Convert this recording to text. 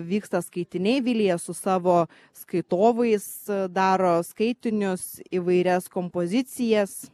vyksta skaitiniai vilija su savo skaitovais daro skaitinius įvairias kompozicijas